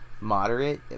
moderate